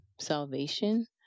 salvation